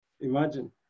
Imagine